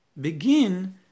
Begin